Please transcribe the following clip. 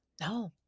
No